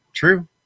True